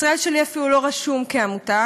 "ישראל שלי" אפילו לא רשומה כעמותה,